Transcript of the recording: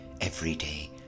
everyday